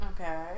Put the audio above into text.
Okay